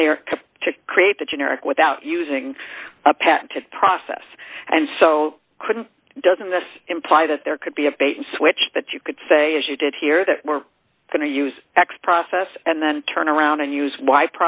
generic to create the generic without using a patent to process and so couldn't doesn't this imply that there could be a bait and switch that you could say as you did here that we're going to use x process and then turn around and use